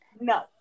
no